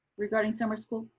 regarding summer school?